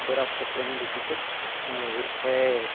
रस्ते ट्रैन रुकी ते उत्थै